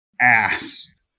ass